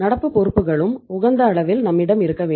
நடப்பு பொறுப்புகளும் உகந்த அளவில் நம்மிடம் இருக்க வேண்டும்